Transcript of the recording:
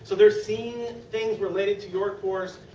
so they are seeing things related to your course,